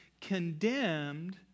condemned